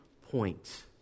point